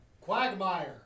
Quagmire